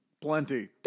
Plenty